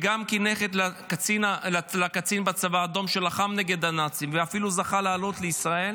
וגם כנכד לקצין בצבא אדום שלחם נגד הנאצים ואפילו זכה לעלות לישראל,